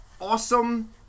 awesome